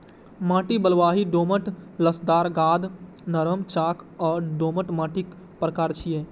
माटि बलुआही, दोमट, लसदार, गाद, नरम, चाक आ दोमट माटिक प्रकार छियै